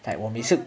like 我每次